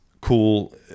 cool